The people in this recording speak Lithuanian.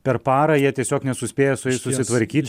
per parą jie tiesiog nesuspėja su jais susitvarkyt